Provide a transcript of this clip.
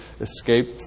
escape